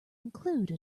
include